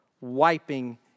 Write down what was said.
wiping